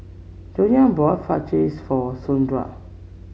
Joanie bought Fajitas for Sondra